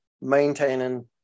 maintaining